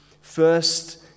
first